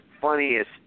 funniest